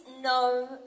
no